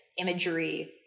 imagery